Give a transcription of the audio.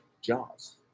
Jaws